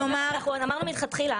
אנחנו רוצים לתקן את זה.